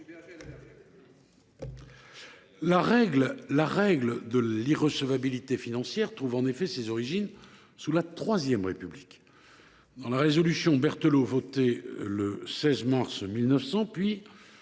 La règle de l’irrecevabilité financière trouve en effet ses origines sous la III République : dans la résolution Berthelot votée le 16 mars 1900, puis